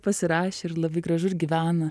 pasirašė ir labai gražu ir gyvena